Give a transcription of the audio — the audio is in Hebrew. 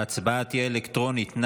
ההצבעה תהיה אלקטרונית.